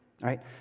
right